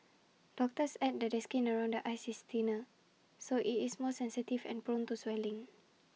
doctors add that the skin around the eyes is thinner so IT is more sensitive and prone to swelling